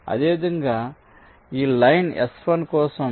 అదేవిధంగా ఈ line S1 కోసం